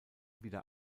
wieder